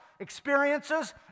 Experiences